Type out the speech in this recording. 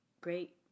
great